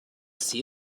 see